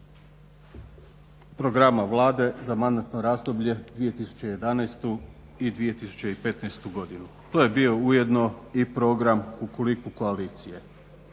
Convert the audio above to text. Programa Vlade za mandatno razdoblje za 2011. i 2015. godinu to je bio ujedno i Program Kukuriku koalicije